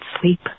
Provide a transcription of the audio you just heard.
sleep